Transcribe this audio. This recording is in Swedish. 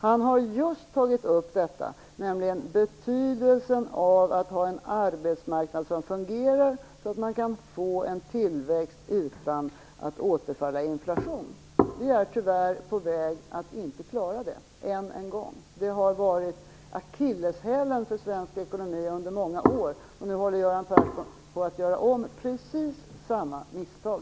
Han har tagit upp just betydelsen av att ha en arbetsmarknad som fungerar så att man kan få en tillväxt utan att återfalla i inflation. Vi är tyvärr på väg att inte klara detta, än en gång. Det har varit akilleshälen för svensk ekonomi under många år, och nu håller Göran Persson på att göra om precis samma misstag.